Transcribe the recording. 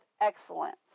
excellence